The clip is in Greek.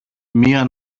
μια